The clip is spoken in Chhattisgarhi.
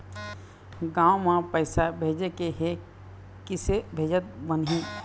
गांव म पैसे भेजेके हे, किसे भेजत बनाहि?